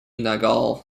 nagel